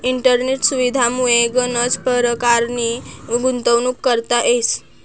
इंटरनेटना सुविधामुये गनच परकारनी गुंतवणूक करता येस